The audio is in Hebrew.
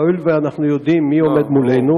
צפת נמצאת בתוך המפה אם אומרים לך,